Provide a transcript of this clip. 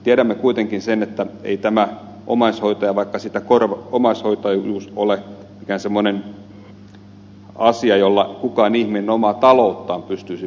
tiedämme kuitenkin sen ettei tämä omaishoitajuus ole mikään sellainen asia jolla kukaan ihminen omaa talouttaan pystyisi pyörittämään